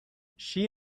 she